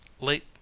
late